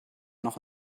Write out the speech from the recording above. noch